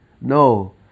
No